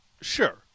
Sure